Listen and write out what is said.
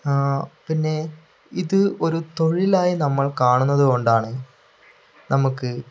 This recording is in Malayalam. പിന്നെ ഇത് ഒരു തൊഴിലായി നമ്മൾ കാണുന്നത് കൊണ്ടാണ് നമുക്ക്